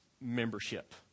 membership